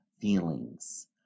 feelings